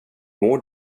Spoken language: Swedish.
mår